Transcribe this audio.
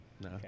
No